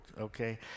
okay